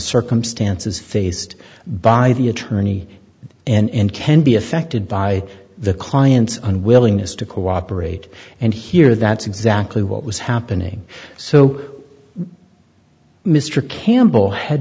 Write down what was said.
circumstances faced by the attorney and can be affected by the client's on willingness to cooperate and hear that's exactly what was happening so mr campbell had